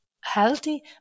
healthy